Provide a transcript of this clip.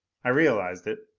i realized it,